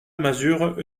masure